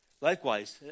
Likewise